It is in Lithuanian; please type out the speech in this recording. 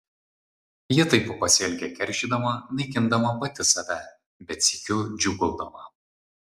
ji taip pasielgė keršydama naikindama pati save bet sykiu džiūgaudama